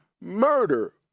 Murder